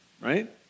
right